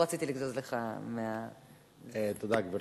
תודה, גברתי.